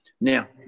Now